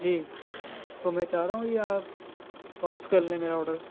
جی تو میں چاہ رہا ہوں یہ آپ واپس کر لیں میرا آڈر